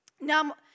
Now